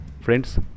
friends